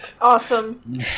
Awesome